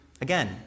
Again